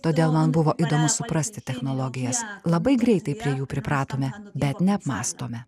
todėl man buvo įdomu suprasti technologijas labai greitai prie jų pripratome bet neapmąstome